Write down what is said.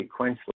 sequentially